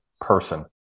person